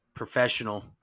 Professional